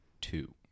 two